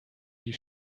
die